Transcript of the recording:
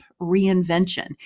Reinvention